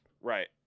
Right